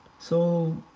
so,